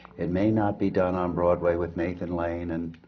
it may not be done on broadway with nathan lane and,